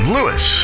Lewis